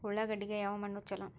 ಉಳ್ಳಾಗಡ್ಡಿಗೆ ಯಾವ ಮಣ್ಣು ಛಲೋ?